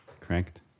correct